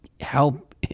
help